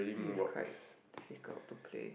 this is quite difficult to play